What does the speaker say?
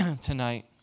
tonight